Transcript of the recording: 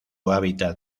hábitat